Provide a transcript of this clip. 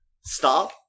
stop